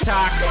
Talk